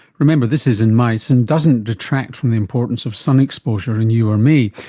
remember this is in mice and doesn't detract from the importance of sun exposure in you or me.